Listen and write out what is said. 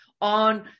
on